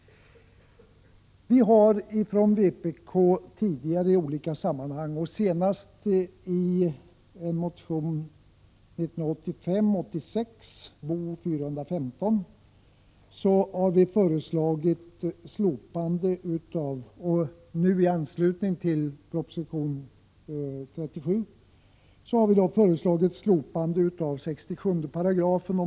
Vi har ifrån vpk tidigare i olika sammanhang — senast i motion 1985/86:Bo0415 och nu i anslutning till proposition 37 — föreslagit ett slopande av 67 §.